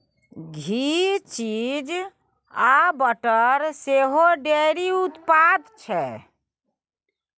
घी, cheese आ butter सेहो dairy उत्पाद छै